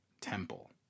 Temple